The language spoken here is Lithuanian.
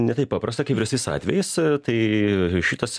ne taip paprasta kaip ir visais atvejais tai šitas